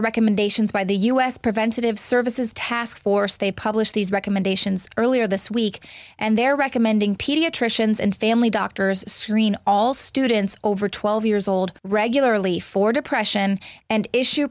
are recommendations by the u s preventative services task force they publish these recommendations earlier this week and they're recommending pediatricians and family doctors screen all students over twelve years old regularly for depression and issue